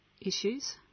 issues